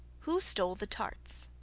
who stole the tarts?